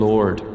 Lord